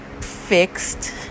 fixed